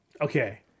okay